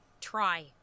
try